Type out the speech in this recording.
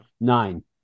Nine